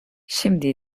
şimdi